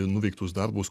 nuveiktus darbus